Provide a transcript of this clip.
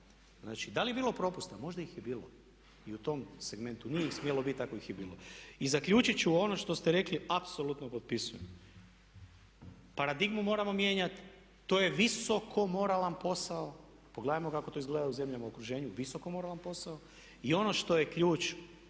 Znači da li je bilo propusta? Možda ih je bilo i u tom segmentu nije ih smjelo biti ako ih je bilo. I zaključit ću ono što ste rekli apsolutno potpisujem. Paradigmu moramo mijenjati. To je visoko moralan posao. Pogledajmo kako to izgleda u zemljama u okruženju? Visoko moralan posao i ono što je ključ